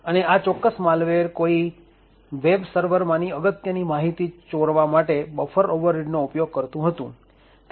અને આ ચોક્કસ માલ્વેર કોઈ વેબ સર્વર માંથી અગત્યની માહિતી ચોરવા માટે બફર ઓવરરીડ નો ઉપયોગ કરતું હતું